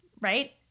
right